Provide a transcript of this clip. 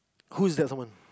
whose that someone